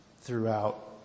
throughout